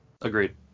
Agreed